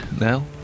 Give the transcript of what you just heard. now